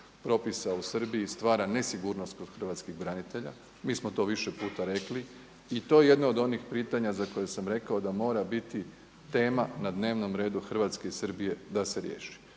propisa u Srbiji stvara nesigurnost kod hrvatskih branitelja, mi smo to više puta rekli. I to je jedno od onih pitanja za koje sam rekao da mora biti tema na dnevnom redu Hrvatske i Srbije da se riješi.